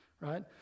Right